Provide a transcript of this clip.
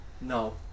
No